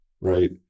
Right